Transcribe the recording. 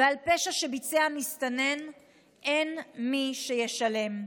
ועל פשע שביצע מסתנן אין מי שישלם.